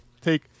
take